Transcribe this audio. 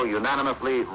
unanimously